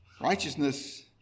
Righteousness